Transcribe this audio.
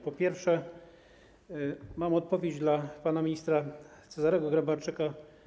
Po pierwsze, mam odpowiedź dla pana ministra Cezarego Grabarczyka.